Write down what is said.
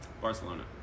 Barcelona